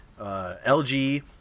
LG –